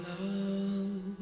love